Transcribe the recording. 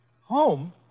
Home